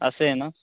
আছেই ন